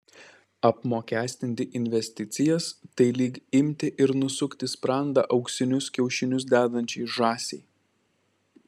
apmokestinti investicijas tai lyg imti ir nusukti sprandą auksinius kiaušinius dedančiai žąsiai